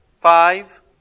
Five